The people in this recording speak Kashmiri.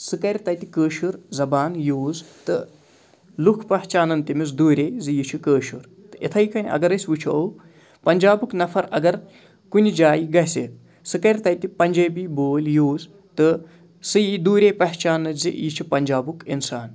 سُہ کَرِ تَتہِ کٲشُر زَبان یوٗز تہٕ لُکھ پہچانَن تمِس دوٗرے زِ یہِ چھُ کٲشُر تہٕ اِتھَے کٔنۍ اَگر أسۍ وٕچھو پنٛجابُک نَفَر اَگر کُنہِ جایہِ گَژھِ سُہ کَرِ تَتہِ پنٛجٲبی بولۍ یوٗز تہٕ سُہ یی دوٗرے پہچانٛنہٕ زِ یہِ چھُ پنٛجابُک اِنسان